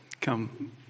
come